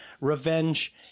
Revenge